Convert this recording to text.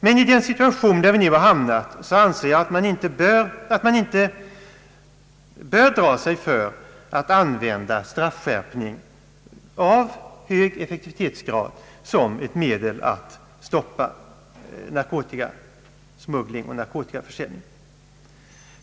Men i den situation vi nu har hamnat i anser jag att man inte bör dra sig för att använda straffhöjning som ett medel att stoppa narkotikasmuggling och narkotikaförsäljning.